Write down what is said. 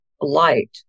light